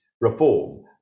reform